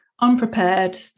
unprepared